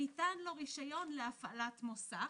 שניתן לו רישיון להפעלת מוסך